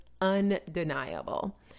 undeniable